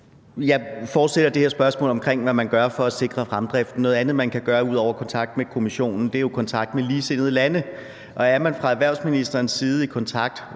Jeg fortsætter med det her spørgsmål om, hvad man gør for at sikre fremdriften. Noget andet, man kan gøre, ud over at have kontakt med Kommissionen – er jo at have kontakt med ligesindede lande. Er man fra erhvervsministerens side i kontakt